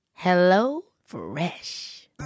HelloFresh